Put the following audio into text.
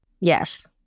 Yes